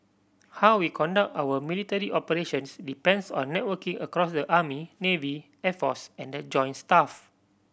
how we conduct our military operations depends on networking across the army navy air force and the joint staff